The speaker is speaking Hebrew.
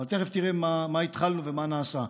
אבל תכף תראה מה התחלנו ומה נעשה.